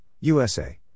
USA